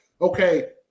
okay